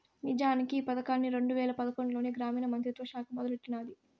నిజానికి ఈ పదకాన్ని రెండు వేల పదకొండులోనే గ్రామీణ మంత్రిత్వ శాఖ మొదలెట్టినాది